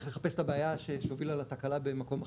נלך לחפש את הבעיה שהובילה לבעיה במקום אחר.